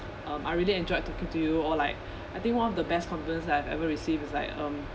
um I really enjoyed talking to you or like I think one of the best compliments that I've ever received is like um